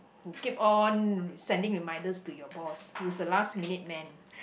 who keep on sending reminders to your boss who is a last minute man